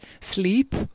sleep